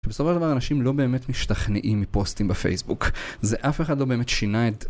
שבסופו של דבר אנשים לא באמת משתכנעים מפוסטים בפייסבוק זה אף אחד לא באמת שינה את...